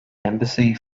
embassy